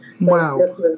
Wow